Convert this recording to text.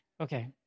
Okay